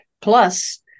Plus